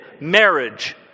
marriage